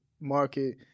market